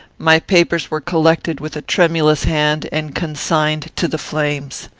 my papers were collected with a tremulous hand, and consigned to the flames.